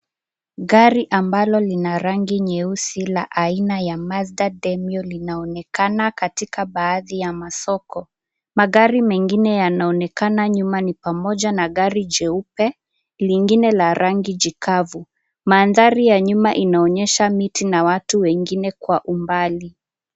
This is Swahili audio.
Gari ambalo lina rangi nyeusi la aina ya Mazda Demio linaonekana katika baadhi ya masoko, magari mengine yanaonekana nyuma ni pamoja na gari jeupe, lingine la rangi jikavu. Mandhari ya nyuma inaonyesha miti na watu wengine kwa umbali.